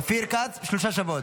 אופיר כץ, שלושה שבועות.